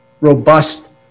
robust